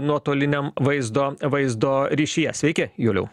nuotoliniam vaizdo vaizdo ryšyje sveiki juliau